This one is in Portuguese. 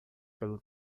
pelo